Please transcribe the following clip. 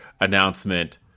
announcement